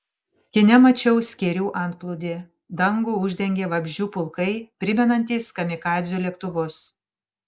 kine mačiau skėrių antplūdį dangų uždengė vabzdžių pulkai primenantys kamikadzių lėktuvus